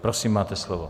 Prosím, máte slovo.